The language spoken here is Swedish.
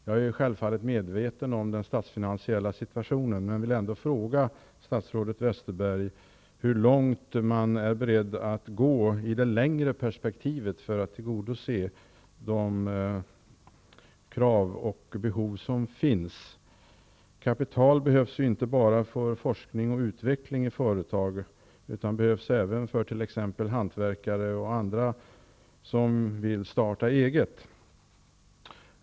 Jag är självfallet medveten om den statsfinansiella situationen men vill ändå fråga statsrådet Westerberg hur långt man är beredd att gå i det längre perspektivet för att tillgodose de krav och behov som finns. Kapital behövs inte bara för forskning och utveckling i företag, utan även för t.ex. hantverkare och andra som vill starta eget.